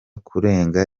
kurenga